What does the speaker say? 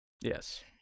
Yes